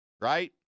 right